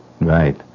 Right